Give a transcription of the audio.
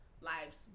lives